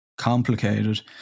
Complicated